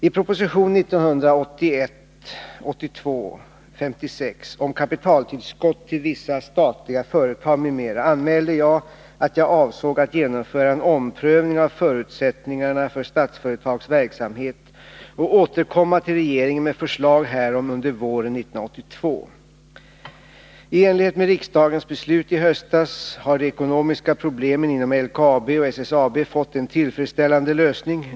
I prop. 1981/82:56 om kapitaltillskott till vissa statliga företag, m.m. anmälde jag att jag avsåg att genomföra en omprövning av förutsättningarna för Statsföretags verksamhet och återkomma till regeringen med förslag härom under våren 1982. I enlighet med riksdagens beslut i höstas har de ekonomiska problemen inom LKAB och SSAB fått en tillfredsställande lösning.